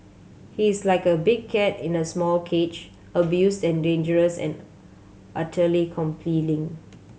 he's like a big cat in a small cage abused and dangerous and utterly compelling